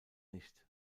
nicht